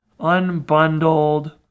unbundled